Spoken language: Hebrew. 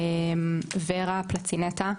ורה פלצינטה,